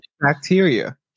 bacteria